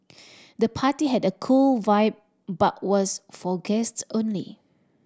the party had a cool vibe but was for guests only